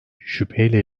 şüpheyle